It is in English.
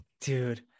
Dude